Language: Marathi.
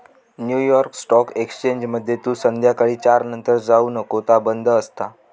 न्यू यॉर्क स्टॉक एक्सचेंजमध्ये तू संध्याकाळी चार नंतर जाऊ नको ता बंद असता